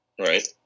Right